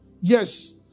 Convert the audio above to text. Yes